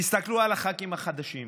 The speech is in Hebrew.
תסתכלו על הח"כים החדשים,